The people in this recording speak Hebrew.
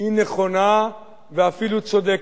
היא נכונה ואפילו צודקת,